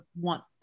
want